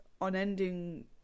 unending